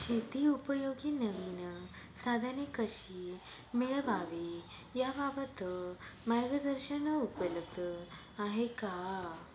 शेतीउपयोगी नवीन साधने कशी मिळवावी याबाबत मार्गदर्शन उपलब्ध आहे का?